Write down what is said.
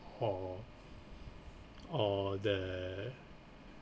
or or the